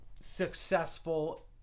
successful